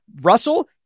Russell